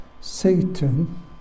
Satan